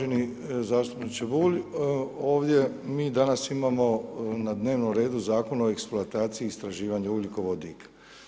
Evo zastupniče Bulj, ovdje mi danas imamo na dnevnom redu Zakon o eksploataciji i istraživanje ugljikovodika.